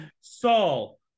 Saul